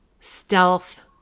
stealth